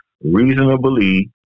reasonably